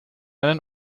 einen